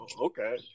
okay